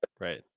Right